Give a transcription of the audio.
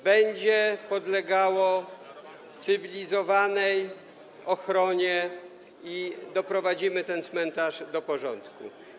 będą podlegały cywilizowanej ochronie i że doprowadzimy ten cmentarz do porządku.